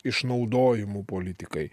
išnaudojimu politikai